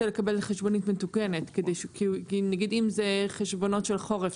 לקבל חשבונית מתוקנת כי אם זה נגיד חשבונות של חורף,